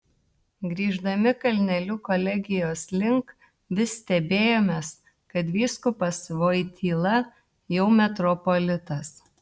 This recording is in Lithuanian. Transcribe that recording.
grįždami kalneliu kolegijos link vis stebėjomės kad vyskupas voityla jau metropolitas